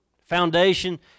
Foundation